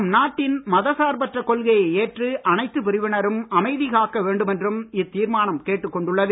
நம் நாட்டின் மதசார்பற்ற கொள்கையை ஏற்று அனைத்து பிரிவினரும் அமைதி காக்க வேண்டும் என்றும் இத்தீர்மானம் கேட்டுக் கொண்டுள்ளது